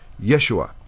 Yeshua